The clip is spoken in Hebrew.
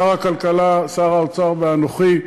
שר הכלכלה, שר האוצר ואנוכי,